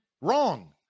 Wrong